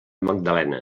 magdalena